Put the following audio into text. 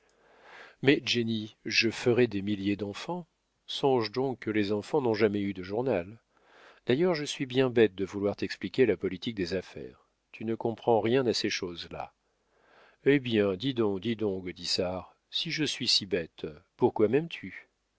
mais jenny je ferai des milliers d'enfants songe donc que les enfants n'ont jamais eu de journal d'ailleurs je suis bien bête de vouloir t'expliquer la politique des affaires tu ne comprends rien à ces choses-là eh bien dis donc dis donc gaudissart si je suis si bête pourquoi m'aimes-tu